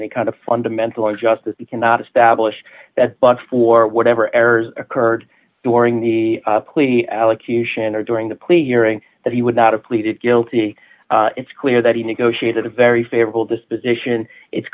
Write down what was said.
any kind of fundamental our justice cannot establish that but for whatever errors occurred during the plea allocution or during the plea hearing that he would not have pleaded guilty it's clear that he negotiated a very favorable disposition it's